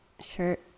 shirt